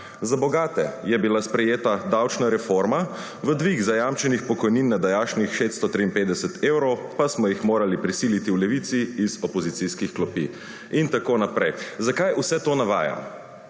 Za bogate je bila sprejeta davčna reforma, v dvig zajamčenih pokojnin na današnjih 653 evrov pa smo jih morali prisiliti v Levici iz opozicijskih klopi. In tako naprej. Zakaj vse to navajam?